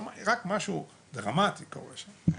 כלומר, רק משהו דרמטי שקורה שם.